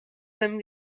then